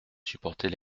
supporter